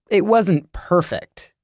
it wasn't perfect.